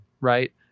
right